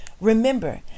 Remember